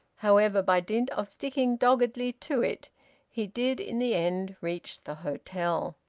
however, by dint of sticking doggedly to it he did in the end reach the hotel.